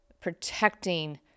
protecting